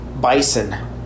bison